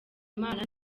imana